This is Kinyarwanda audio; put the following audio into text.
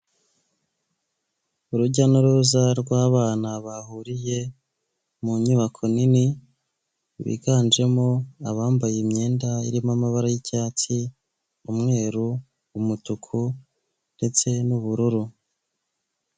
Urujya n'uruza rw'abana bahuriye mu nyubako nini biganjemo abambaye imyenda irimo amabara y'icyatsi, umweru, umutuku ndetse n'ubururu.